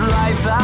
life